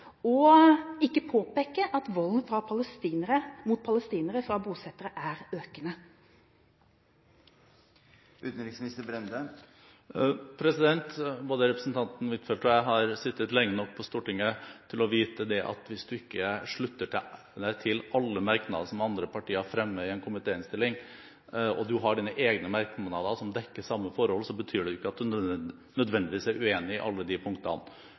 utenrikspolitikk ikke å påpeke at volden mot palestinerne fra bosettere «er økende»? Både representanten Huitfeldt og jeg har sittet lenge nok på Stortinget til å vite at hvis man ikke slutter seg til alle merknader som andre partier fremmer i en komitéinnstilling, og man har sine egne merknader som dekker samme forhold, betyr ikke det at man nødvendigvis er uenig i alle de punktene.